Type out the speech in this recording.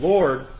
Lord